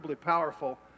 powerful